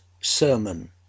sermon